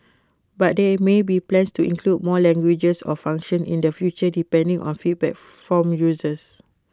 but there may be plans to include more languages or function in the future depending on feedback from users